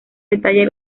detalle